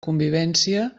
convivència